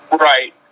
Right